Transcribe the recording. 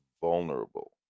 vulnerable